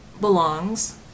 belongs